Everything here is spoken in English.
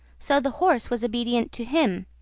so the horse was obedient to him.